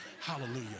Hallelujah